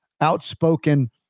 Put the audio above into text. outspoken